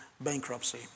bankruptcy